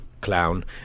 clown